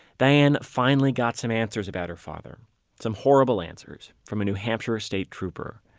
diane finally got some answers about her father some horrible answers from a new hampshire state trooper.